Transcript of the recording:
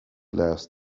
glass